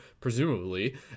presumably